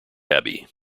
abbey